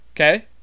okay